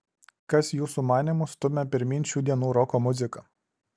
kas jūsų manymu stumia pirmyn šių dienų roko muziką